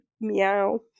Meow